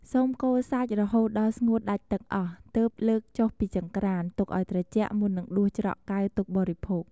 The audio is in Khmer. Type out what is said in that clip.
សូមកូរសាច់រហូតដល់ស្ងួតដាច់ទឹកអស់ ទើបលើកចុះពីចង្រ្កុាន ទុកឱ្យត្រជាក់ មុននឹងដួសច្រកកែវទុកបរិភោគ។